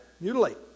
Mutilate